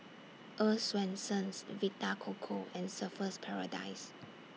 Earl's Swensens Vita Coco and Surfer's Paradise